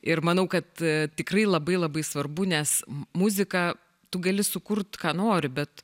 ir manau kad tikrai labai labai svarbu nes muziką tu gali sukurti ką nori bet